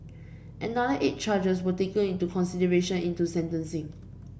another eight charges were taken into consideration into sentencing